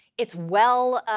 it's well